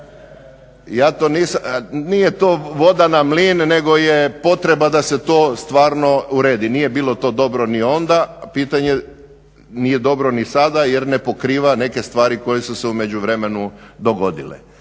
nije to voda na mlin nego je potreba da se to stvarno uredi. Nije bilo to dobro ni onda, nije dobro ni sada jer ne pokriva neke stvari koje su se u međuvremenu dogodile.